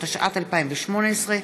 התשע''ט 2018,